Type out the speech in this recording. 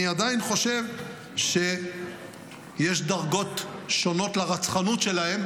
אני עדיין חושב שיש דרגות שונות לרצחנות שלהם,